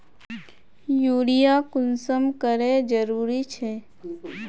Urea कुंसम करे जरूरी छै?